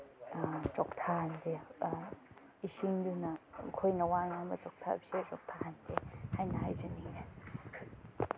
ꯆꯣꯛꯊꯍꯟꯗꯦ ꯏꯁꯤꯡꯗꯨꯅ ꯑꯩꯈꯣꯏꯅ ꯋꯥ ꯉꯥꯡꯕ ꯆꯣꯛꯊꯕꯁꯦ ꯆꯣꯛꯊꯍꯟꯗꯦ ꯍꯥꯏꯅ ꯍꯥꯏꯖꯅꯤꯡꯉꯦ